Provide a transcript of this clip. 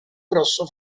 grosso